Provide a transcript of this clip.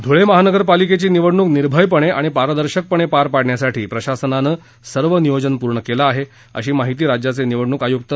धूळे महानगर पालिकेची निवडणूक निर्भयपणे आणि पारदर्शकपणे पार पाडण्यासाठी प्रशासनानं सर्व नियोजन पूर्ण केलं आहे अशी माहिती राज्याचे निवडणुक आयुक्त ज